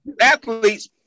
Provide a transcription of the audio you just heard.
Athletes